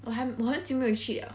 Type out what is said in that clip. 我还我很久没去 liao